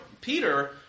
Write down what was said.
Peter